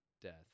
death